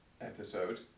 episode